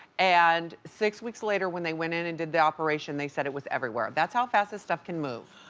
and six weeks later when they went in and did the operation, they said it was everywhere. that's how fast, this stuff can move.